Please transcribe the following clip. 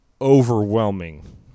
overwhelming